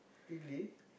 really